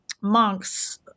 monks